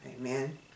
Amen